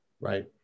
right